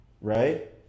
right